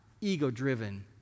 ego-driven